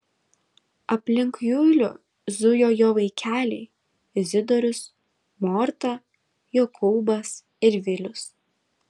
aplink julių zujo jo vaikeliai izidorius morta jokūbas ir vilius